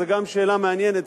זו גם שאלה מעניינת,